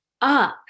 up